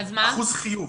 אחוז חיוב.